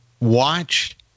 watch